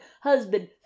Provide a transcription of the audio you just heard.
husband